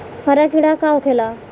हरा कीड़ा का होखे ला?